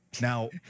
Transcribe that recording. Now